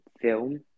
film